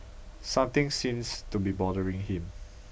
something seems to be bothering him